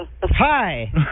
Hi